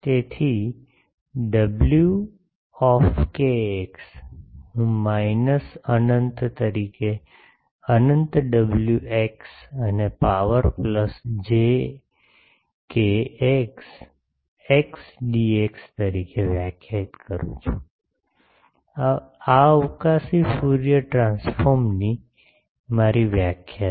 તેથી W હું minus અનંત તરીકે અનંત ડબલ્યુ એક્સ અને પાવર પ્લસ જે કેએક્સ એક્સ ડીએક્સ તરીકે વ્યાખ્યાયિત કરી શકું છું આ અવકાશી ફ્યુરિયર ટ્રાન્સફોર્મની મારી વ્યાખ્યા છે